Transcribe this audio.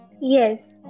Yes